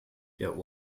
der